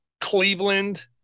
Cleveland